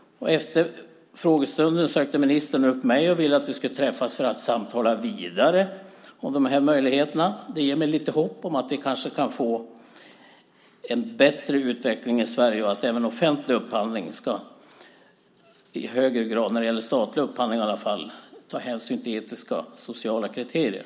Efter frågestunden sökte ministern upp mig och ville att vi skulle träffas för att samtala vidare om dessa möjligheter. Detta ger mig lite hopp om att vi kanske kan få en bättre utveckling i Sverige och att även offentlig upphandling i högre grad, i alla fall statlig upphandling, tar hänsyn till etiska och sociala kriterier.